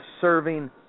serving